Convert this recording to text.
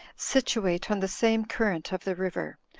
situate on the same current of the river.